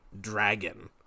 dragon